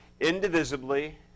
indivisibly